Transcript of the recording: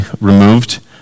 removed